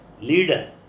leader